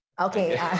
okay